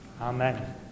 Amen